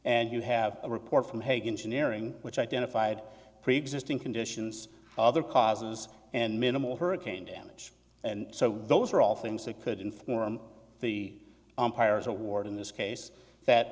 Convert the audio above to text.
and you have a report from hague engineering which identified preexisting conditions other causes and minimal hurricane damage and so those are all things that could inform the umpires award in this case that